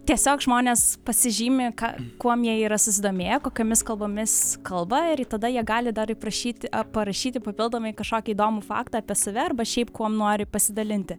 tiesiog žmonės pasižymi ką kuom jie yra susidomėję kokiomis kalbomis kalba ir tada jie gali dar ir prašyti parašyti papildomai kažkokį įdomų faktą apie save arba šiaip kuom nori pasidalinti